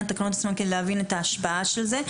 התקנות עצמן כדי להבין את ההשפעה של זה.